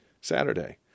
Saturday